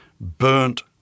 burnt